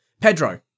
Pedro